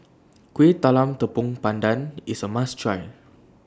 Kuih Talam Tepong Pandan IS A must Try